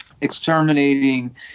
exterminating